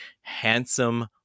handsome